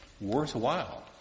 worthwhile